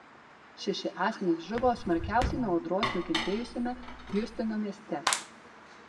šeši asmenys žuvo smarkiausiai nuo audros nukentėjusiame hjustono mieste